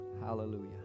Hallelujah